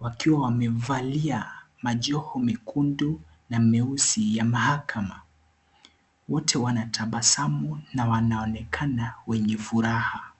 wakiwa wamevalia, majoho mekundu, meusi ya mahakama, wote wanatabasamu, na wanaonekana, wenye furaha.